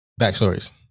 Backstories